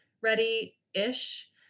ready-ish